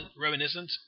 reminiscent